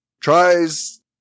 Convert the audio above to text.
tries